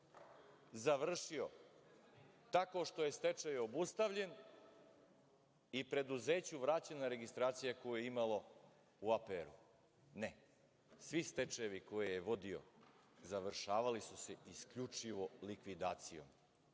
završio tako što je stečaj obustavljen i preduzeću vraćena registracija koju je imalo u APR-u. Ne. Svi stečajevi koje je on vodio, završavali su se isključivo likvidacijom,